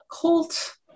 cult